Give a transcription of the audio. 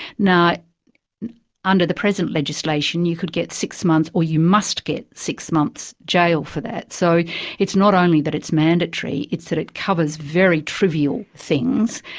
under the present legislation you could get six months, or you must get six months jail for that. so it's not only that it's mandatory, it's that it covers very trivial things,